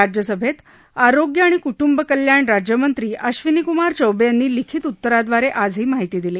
राज्यसभेत आरोग्य आणि कुट्रंबकल्याण राज्यमंत्री अश्विनी कुमार चौबे यांनी लिखीत उत्तराद्वारे आज ही माहिती दिली